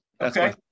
Okay